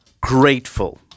Grateful